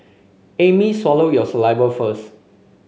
Amy swallow your saliva first